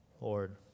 Lord